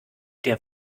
der